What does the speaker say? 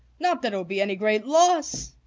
not that it will be any great loss,